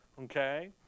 Okay